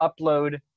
upload